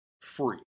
free